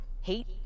hate